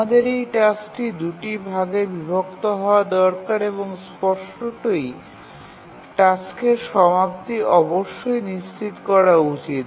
আমাদের এই টাস্কটি ২ টি ভাগে বিভক্ত হওয়া দরকার এবং স্পষ্টতই টাস্কের সমাপ্তি অবশ্যই নিশ্চিত করা উচিত